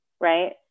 Right